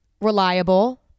reliable